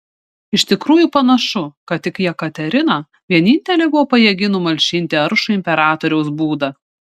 iš tikrųjų panašu kad tik jekaterina vienintelė buvo pajėgi numalšinti aršų imperatoriaus būdą